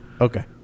Okay